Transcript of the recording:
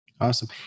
Awesome